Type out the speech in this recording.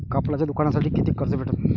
कापडाच्या दुकानासाठी कितीक कर्ज भेटन?